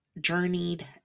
journeyed